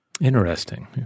Interesting